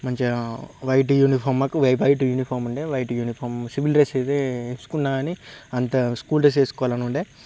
మంచిగా white uniform మాకు white uniform ఉండేది వైట్ యూనిఫామ్ సివిల్ డ్రెస్ అదే వేసుకున్నా కానీ అంతా స్కూల్ డ్రెస్ వేసుకోవాలని ఉండేది